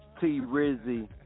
T-Rizzy